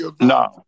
No